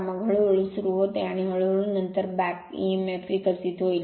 मग हळू हळू सुरू होते आणि हळू हळू नंतर बॅक emf विकसित होईल